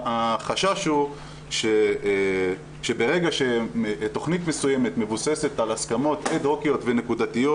החשש הוא שברגע שתכנית מסוימת מבוססת על הסכמות אד-הוקיות ונקודתיות,